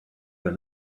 than